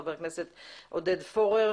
חבר הכנסת עודד פורר.